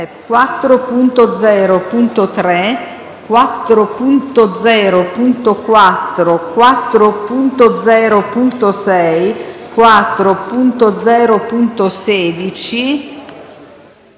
4.0.7, 4.0.8, 4.0.9, 4.0.10,